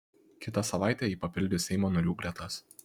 kitą savaitę ji papildys seimo narių gretas